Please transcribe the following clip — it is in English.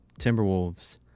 Timberwolves